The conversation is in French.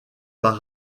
par